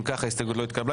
אם כך ההסתייגות לא התקבלה.